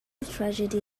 tragedy